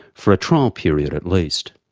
for a trial period at least.